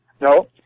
No